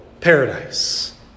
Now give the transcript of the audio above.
paradise